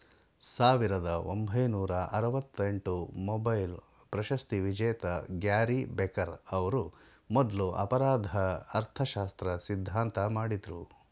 ಸಾವಿರದ ಒಂಬೈನೂರ ಆರವತ್ತಎಂಟು ಮೊಬೈಲ್ ಪ್ರಶಸ್ತಿವಿಜೇತ ಗ್ಯಾರಿ ಬೆಕರ್ ಅವ್ರು ಮೊದ್ಲು ಅಪರಾಧ ಅರ್ಥಶಾಸ್ತ್ರ ಸಿದ್ಧಾಂತ ಮಾಡಿದ್ರು